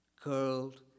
curled